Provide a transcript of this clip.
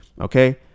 Okay